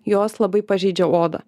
jos labai pažeidžia odą